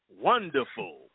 wonderful